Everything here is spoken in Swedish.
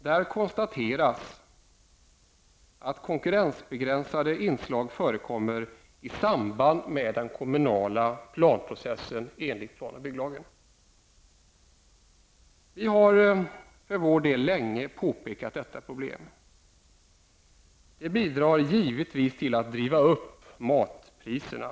Där konstateras att konkurrensbegränsande inslag förekommer i samband med den kommunala planprocessen enligt Vi har för vår del länge pekat på detta problem. Det bidrar givetvis till att driva upp matpriserna.